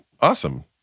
Awesome